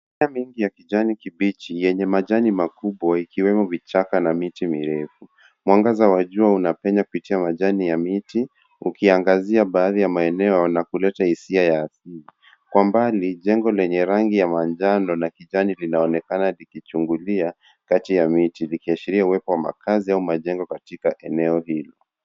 Kwa mbali, jengo lenye rangi ya manjano na kijani linaonekana likichungulia kati ya miti, likiashiria kuwa limewekwa makazi au majengo katikati ya eneo hilo.